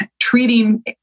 treating